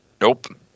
Nope